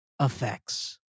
effects